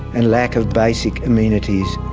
and lack of basic amenities,